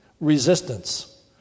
resistance